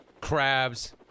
Crabs